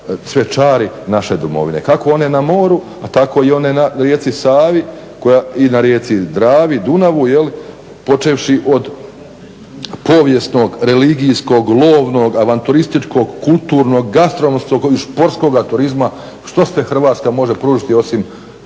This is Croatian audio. sve čari naše domovine kako one na moru tako i one na rijeci Savi i na rijeci Dravi i Dunavu počevši od povijesnog, religijskog, lovnog, avanturističkog, kulturnog, gastronomskog i športskoga turizma što sve Hrvatska može pružiti osim